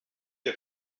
der